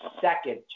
second